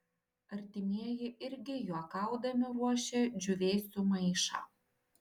artimieji irgi juokaudami ruošia džiūvėsių maišą